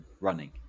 running